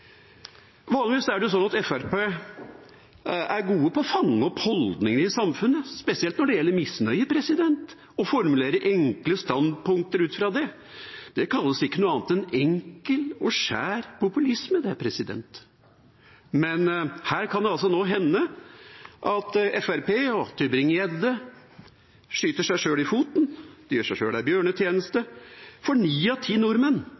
Vanligvis er det jo sånn at Fremskrittspartiet er gode til å fange opp holdninger i samfunnet, spesielt når det gjelder misnøye, og formulere enkle standpunkter ut fra det. Det kalles ikke noe annet enn enkel og skjær populisme. Men her kan det nå hende at Fremskrittspartiet og Tybring-Gjedde skyter seg sjøl i foten, gjør seg sjøl en bjørnetjeneste, for ni av ti nordmenn